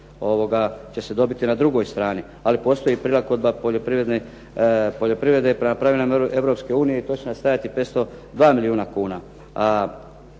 da će se dobiti na drugoj strani, ali postoji prilagodba poljoprivrede prema pravilima Europske unije i to će nas stajati 502 milijuna kuna.